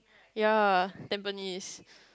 ya Tampines